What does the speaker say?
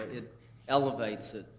it elevates it,